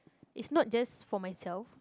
it's not just for myself